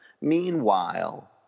Meanwhile